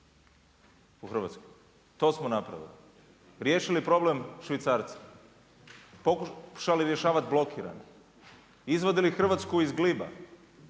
to smo napravili. Riješili problem švicarca, pokušali rješavati blokirane, izvadili Hrvatsku iz gliba